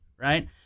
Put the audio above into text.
Right